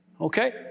Okay